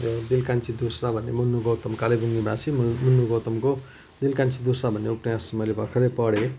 दिल कान्छी मुन्नु गौतम कालेबुङ निवासी मुन्नु गौतमको दिल कान्छी भन्ने उपन्यास मैले भर्खरै पढेँ